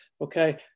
okay